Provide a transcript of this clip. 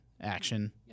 Action